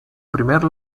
primer